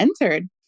entered